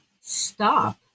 stop